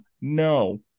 no